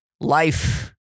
life